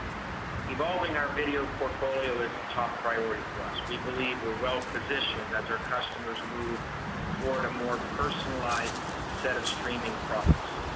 evolving our video portfolio is top priority for us. we believe we are well positioned as our customers move toward a more personalized set of streaming products.